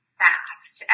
fast